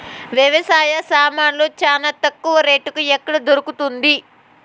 వ్యవసాయ సామాన్లు చానా తక్కువ రేటుకి ఎక్కడ దొరుకుతుంది?